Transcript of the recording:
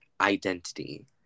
identity